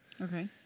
Okay